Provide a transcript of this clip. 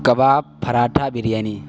کباب paratha biryani